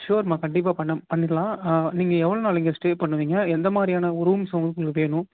ஷூயுர்ம்மா கண்டிப்பாக பண்ண பண்ணிடலாம் நீங்கள் எவ்வளோ நாள் இங்கே ஸ்டே பண்ணுவீங்க எந்த மாதிரியான ரூம்ஸ் உங்களுக்கு இங்கே வேணும்